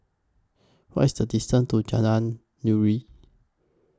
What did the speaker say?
What IS The distance to Jalan Nuri